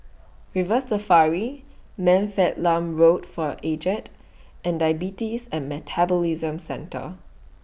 River Safari Man Fatt Lam Home For Aged and Diabetes and Metabolism Centre